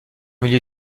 milieu